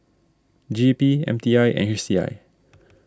G E P M T I and H C I